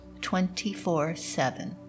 24-7